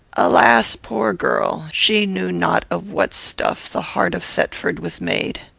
alas, poor girl! she knew not of what stuff the heart of thetford was made.